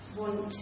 want